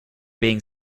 being